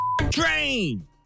train